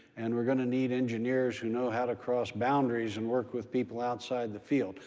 and we're going to need engineers who know how to cross boundaries and work with people outside the field.